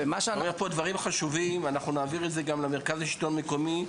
עלו פה דברים חשובים ואנחנו נעביר את זה גם למרכז לשלטון המקומי,